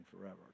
forever